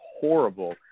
horrible